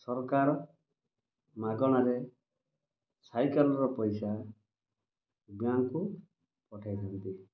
ସରକାର ମାଗଣାରେ ସାଇକଲର ପଇସା ବ୍ୟାଙ୍କ୍କୁ ପଠେଇଥାନ୍ତି